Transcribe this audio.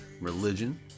Religion